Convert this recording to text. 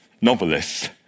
novelists